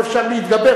אבל אפשר להתגבר.